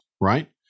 right